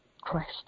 Christ